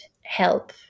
help